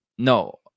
No